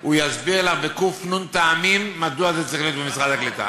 הוא יסביר לך בק"ן טעמים מדוע זה צריך להיות במשרד העלייה